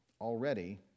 Already